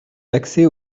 l’accès